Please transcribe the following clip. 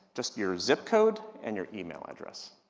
just your zip code and your email address,